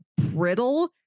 brittle